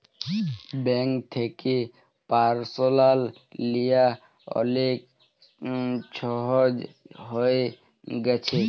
bank থ্যাকে পারসলাল লিয়া অলেক ছহজ হঁয়ে গ্যাছে